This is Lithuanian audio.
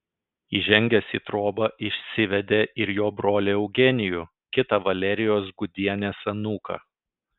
įžengęs į trobą išsivedė ir jo brolį eugenijų kitą valerijos gudienės anūką